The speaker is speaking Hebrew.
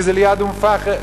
כי זה ליד אום-אל-פחם,